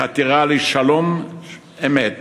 בחתירה לשלום אמת